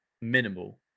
minimal